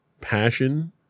passion